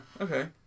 okay